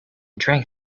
drank